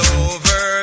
over